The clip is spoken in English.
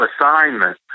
assignment